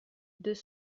deux